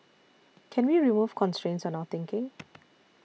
can we remove constraints on our thinking